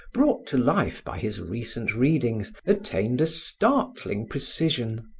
brought to life by his recent readings, attained a startling precision.